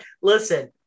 listen